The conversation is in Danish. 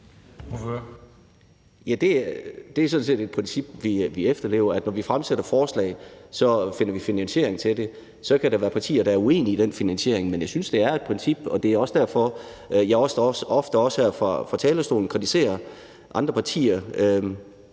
set et princip, vi efterlever. Når vi fremsætter forslag, finder vi finansiering til det. Så kan der være partier, der er uenige i den finansiering, men jeg synes, det er et princip, og det er også derfor, jeg også ofte her fra talerstolen kritiserer andre partier.